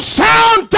sound